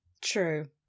True